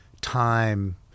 time